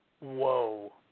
Whoa